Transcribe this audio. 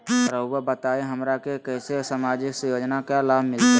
रहुआ बताइए हमरा के कैसे सामाजिक योजना का लाभ मिलते?